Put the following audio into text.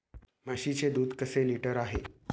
म्हशीचे दूध कसे लिटर आहे?